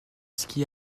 ski